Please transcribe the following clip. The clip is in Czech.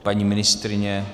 Paní ministryně?